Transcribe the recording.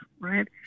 right